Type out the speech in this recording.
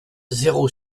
zéro